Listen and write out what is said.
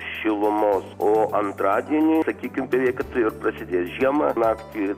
šilumos o antradienį sakykim beveik tai ir prasidės žiema naktį